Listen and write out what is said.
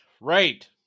Right